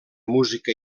música